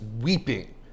weeping